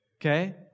Okay